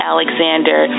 Alexander